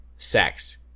sex